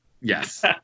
Yes